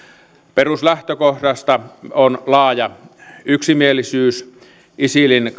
peruslähtökohdasta on laaja yksimielisyys isilin